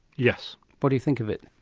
yes what do you think of it?